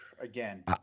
Again